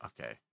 Okay